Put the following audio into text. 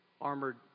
armored